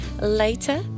later